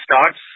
starts